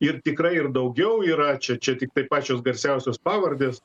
ir tikrai ir daugiau yra čia čia tiktai pačios garsiausios pavardės